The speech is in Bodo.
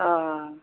अह